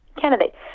candidate